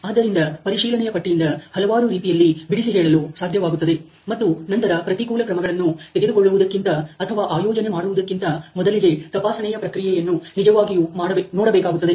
ಆದ್ದರಿಂದ ಪರಿಶೀಲನೆಯ ಪಟ್ಟಿಯಿಂದ ಹಲವಾರು ರೀತಿಯಲ್ಲಿ ಬಿಡಿಸಿ ಹೇಳಲು ಸಾಧ್ಯವಾಗುತ್ತದೆ ಮತ್ತು ನಂತರ ಪ್ರತಿಕೂಲ ಕ್ರಮಗಳನ್ನು ತೆಗೆದುಕೊಳ್ಳುವುದಕ್ಕಿಂತ ಅಥವಾ ಆಯೋಜನೆ ಮಾಡುವುದಕ್ಕಿಂತ ಮೊದಲಿಗೆ ತಪಾಸಣೆಯ ಪ್ರಕ್ರಿಯೆಯನ್ನು ನಿಜವಾಗಿಯೂ ನೋಡಬೇಕಾಗುತ್ತದೆ